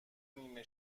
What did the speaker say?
نیمه